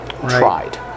tried